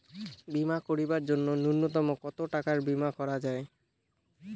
বীমা করিবার জন্য নূন্যতম কতো টাকার বীমা করা যায়?